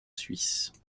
suisse